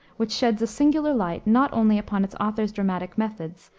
which sheds a singular light not only upon its authors' dramatic methods,